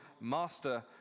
master